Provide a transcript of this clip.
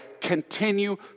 continue